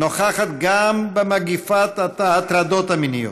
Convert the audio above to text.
נוכחת גם במגפת ההטרדות המיניות.